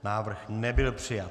Návrh nebyl přijat.